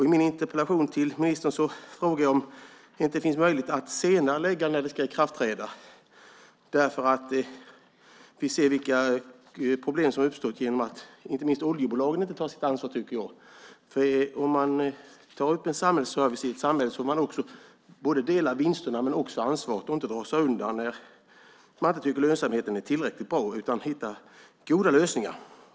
I min interpellation till ministern frågar jag om det inte finns möjlighet att senarelägga när detta ska träda i kraft, därför att vi ser vilka problem som uppstått genom att inte minst oljebolagen inte tar sitt ansvar, tycker jag. Om man tar på sig en samhällsservice i ett samhälle har man både del i vinsterna och i ansvaret. Man kan inte dra sig undan när man inte tycker att lönsamheten är tillräckligt bra utan får lov att hitta goda lösningar.